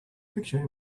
picture